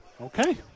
Okay